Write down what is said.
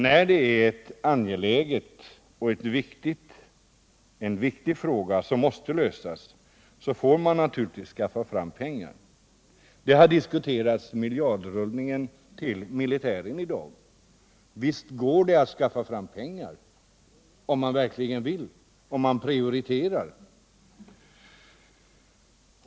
När det gäller en angelägen och viktig fråga, som måste lösas, får man naturligtvis skaffa fram pengarna. Vi har tidigare i dag diskuterat miljardrullningen till militära ändamål. Visst kan man skaffa fram pengar, om man verkligen vill det och prioriterar de frågor det gäller.